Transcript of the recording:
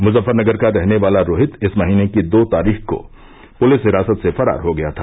मुजफ्फरनगर का रहने वाला रोहित इस महीने की दो तारीख को पुलिस हिरासत से फरार हो गया था